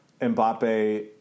Mbappe